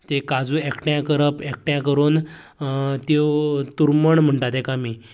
ते काजू एकठांय करप एकठांय करून त्यो तुरमण म्हणटा तेकां आमी